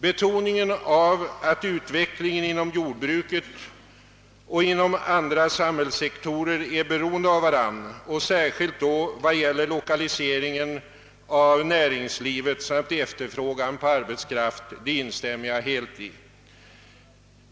Det betonas att jordbruket och andra samhällssektorer är beroende av varandra för sin utveckling. Särskilt gäller detta 1okaliseringen av näringslivet med tanke på efterfrågan av arbetskraft. Detta resonemang instämmer jag helt i.